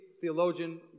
theologian